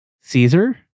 Caesar